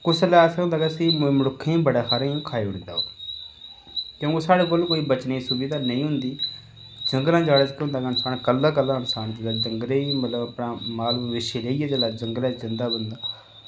उसलै अस होंदा केह् के असें मनुक्खें गी बड़ा हारें गी खाई ओड़दा ओह् क्योंकि साढ़े कोल कोई बचने दी सुविधा नेईं होंदी जाड़ै च केह् जेल्लै डंगरें गी मतलब अपना माल मवेशी लेइयै जेल्लै जंगलै च जंदा बंदा